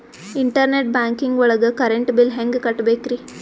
Internet banking ಒಳಗ್ current bill ಹೆಂಗ್ ಕಟ್ಟ್ ಬೇಕ್ರಿ?